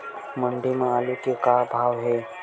मंडी म आलू के का भाव हे?